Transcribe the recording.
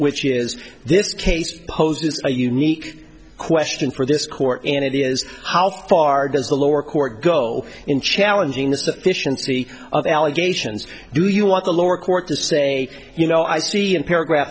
which is this case posed a unique question for this court and it is how far does the lower court go in challenging the sufficiency of allegations do you want the lower court to say you know i see in paragraph